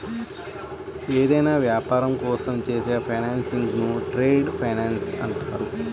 ఏదైనా యాపారం కోసం చేసే ఫైనాన్సింగ్ను ట్రేడ్ ఫైనాన్స్ అంటారు